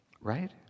Right